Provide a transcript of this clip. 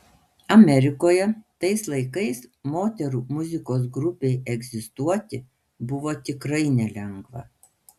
amerikoje tais laikais moterų muzikos grupei egzistuoti buvo tikrai nelengva